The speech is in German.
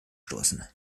stoßen